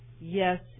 yes